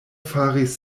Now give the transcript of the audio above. faris